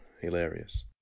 Hilarious